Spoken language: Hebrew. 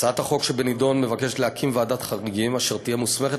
הצעת החוק שבנדון מבקשת להקים ועדת חריגים אשר תהיה מוסמכת